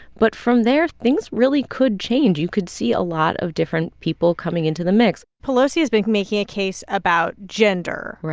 but from there, things really could change. you could see a lot of different people coming into the mix pelosi has been making a case about gender,